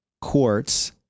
quartz